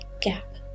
gap